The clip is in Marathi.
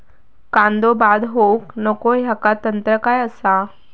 कांदो बाद होऊक नको ह्याका तंत्र काय असा?